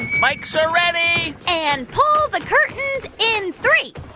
mikes are ready and pull the curtains in three,